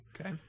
Okay